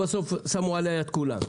בסוף שמו עליה יד כולם.